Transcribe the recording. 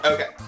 Okay